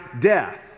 death